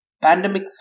pandemic